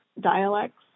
dialects